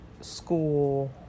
school